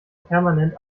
permanent